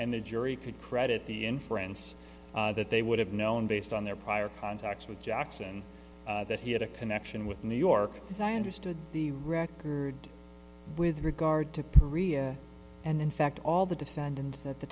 and the jury could credit the inference that they would have known based on their prior contacts with jackson that he had a connection with new york as i understood the record with regard to perugia and in fact all the defendants that the